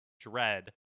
Dread